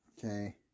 Okay